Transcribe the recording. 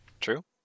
True